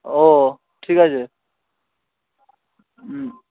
ও ঠিক আছে হুম